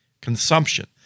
consumption